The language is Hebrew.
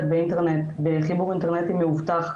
מחוברת בחיבור אינטרנטי מאובטח,